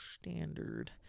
Standard